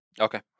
Okay